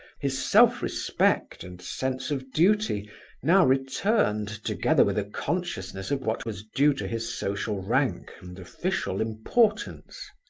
his self-respect and sense of duty now returned together with a consciousness of what was due to his social rank and official importance.